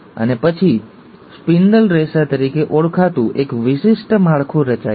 અને પછી સ્પિન્ડલ રેસા તરીકે ઓળખાતું એક વિશિષ્ટ માળખું રચાય છે